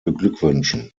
beglückwünschen